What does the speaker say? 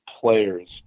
players